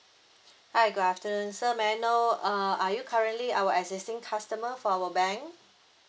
hi good afternoon sir may I know uh are you currently our existing customer for our bank